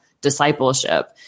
discipleship